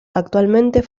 actualmente